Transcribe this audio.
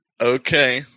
Okay